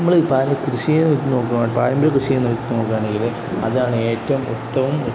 നമ്മൾ ഈ കൃഷിയെ പാരമ്പര്യ കൃഷിയെ നോക്കുകയാണെങ്കിൽ അതാണ് ഏറ്റവും ഉത്തമവും